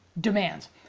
demands